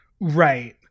Right